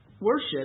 worship